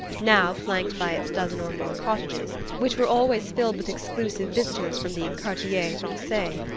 now, flanked by its dozen or more cottages, which were always filled with exclusive visitors from the quartier francais,